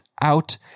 out